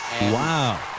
Wow